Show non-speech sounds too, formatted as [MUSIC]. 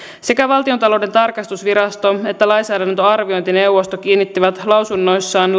sekä valtiontalouden tarkastusvirasto että lainsäädännön arviointineuvosto kiinnittivät lausunnoissaan [UNINTELLIGIBLE]